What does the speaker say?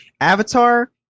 Avatar